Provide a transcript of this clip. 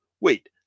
wait